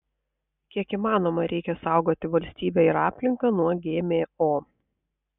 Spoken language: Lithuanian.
kiek įmanoma reikia saugoti valstybę ir aplinką nuo gmo